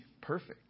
perfect